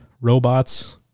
robots